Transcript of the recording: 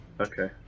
Okay